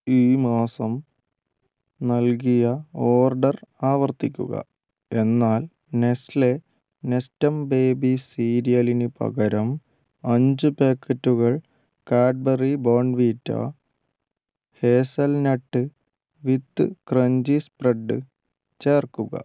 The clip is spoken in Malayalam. ഈ മാസം നൽകിയ ഓർഡർ ആവർത്തിക്കുക എന്നാൽ നെസ്ലെ നെസ്റ്റം ബേബി സീരിയലിന് പകരം അഞ്ച് പാക്കറ്റുകൾ Cadbury Bournvita hazelnut with crunchy spread ചേർക്കുക